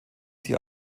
sie